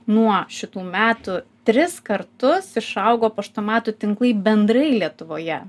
nuo šitų metų tris kartus išaugo paštomatų tinklai bendrai lietuvoje